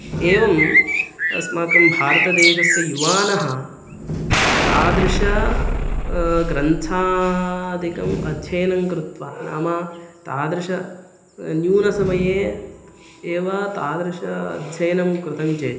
एवम् अस्माकं भारतदेशस्य युवानः तादृश ग्रन्थादिकम् अध्ययनं कृत्वा नाम तादृश न्यूनसमये एव तादृश अध्ययनं कृतं चेत्